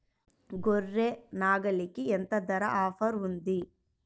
గొర్రె, నాగలికి ఎంత ధర ఆఫర్ ఉంది?